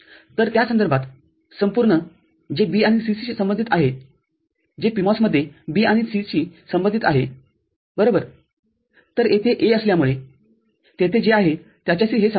तर त्यासंदर्भात संपूर्ण जे B आणि C शी संबंधित आहेजे PMOS मध्ये B आणि C शी संबंधित आहे बरोबरतर येथे A असल्यामुळे तेथे जे आहे त्याच्याशी हे समांतर आहे